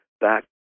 back